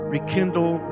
Rekindle